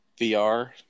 VR